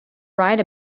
write